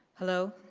hello,